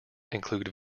include